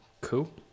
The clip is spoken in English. Cool